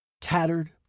Tattered